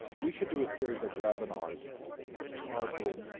we should do a series of webinars targeted